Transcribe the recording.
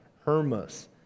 Hermas